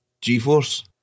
G-Force